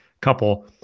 couple